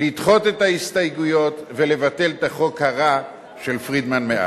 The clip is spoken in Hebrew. לדחות את ההסתייגויות ולבטל את החוק הרע של פרידמן מאז.